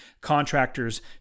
contractors